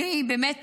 באמת